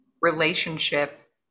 relationship